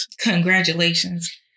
Congratulations